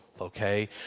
okay